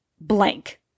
blank